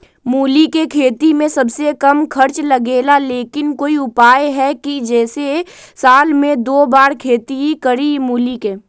मूली के खेती में सबसे कम खर्च लगेला लेकिन कोई उपाय है कि जेसे साल में दो बार खेती करी मूली के?